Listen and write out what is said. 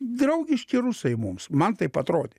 draugiški rusai mums man taip atrodė